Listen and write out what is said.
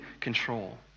control